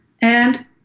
And-